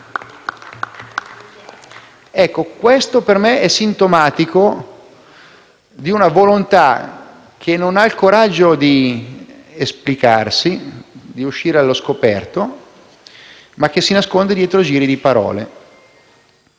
Questo per me è sintomatico di una volontà che non ha il coraggio di esplicarsi, di uscire allo scoperto, ma che si nasconde dietro giri di parole.